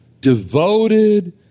devoted